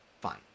Fine